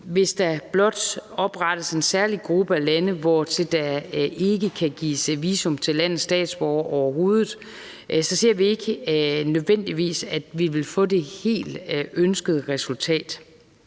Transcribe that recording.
Hvis der blot oprettes en særlig gruppe af lande, hvor der ikke kan gives visum til landets statsborgere overhovedet, ser vi ikke nødvendigvis, at vi vil få det helt ønskede resultat.